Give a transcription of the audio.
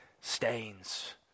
stains